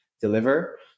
deliver